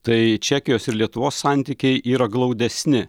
tai čekijos ir lietuvos santykiai yra glaudesni